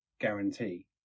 guarantee